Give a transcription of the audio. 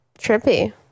trippy